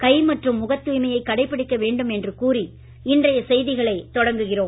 கை மற்றும் முகத் தூய்மையை கடைபிடிக்க வேண்டும் என்று கூறி இன்றைய செய்திகளை தொடங்குகிறோம்